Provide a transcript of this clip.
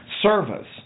service